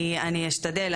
אני אשתדל,